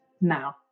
now